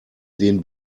den